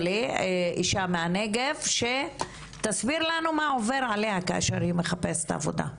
היא אישה מהנגב שתסביר לנו מה עובר עליה כאשר היא מחפשת עבודה.